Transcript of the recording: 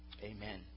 Amen